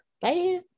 Bye